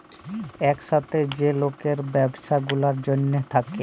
ইকসাথে যে লকের ব্যবছা গুলার জ্যনহে থ্যাকে